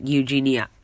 Eugenia